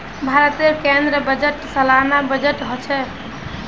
भारतेर केन्द्रीय बजट सालाना बजट होछे